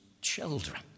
children